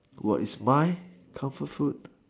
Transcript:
what is my comfort food